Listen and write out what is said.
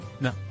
No